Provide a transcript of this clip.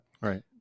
Right